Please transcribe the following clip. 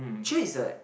cher is like